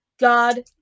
God